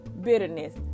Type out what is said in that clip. bitterness